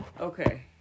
Okay